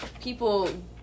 people